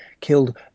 killed